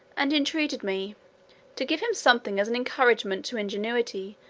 and entreated me to give him something as an encouragement to ingenuity,